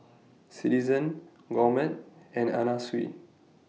Citizen Gourmet and Anna Sui